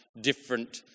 different